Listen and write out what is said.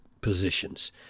positions